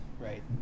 right